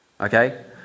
Okay